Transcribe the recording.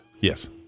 Yes